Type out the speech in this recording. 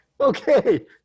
Okay